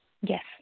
Yes